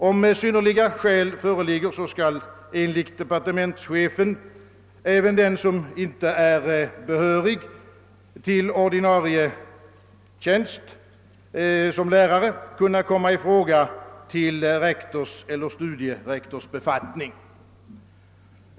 Om synnerliga skäl föreligger, skall enligt departementschefen även den som inte är behörig till ordinarie tjänst som lärare kunna komma i fråga till rektorseller studierektorsbefattning.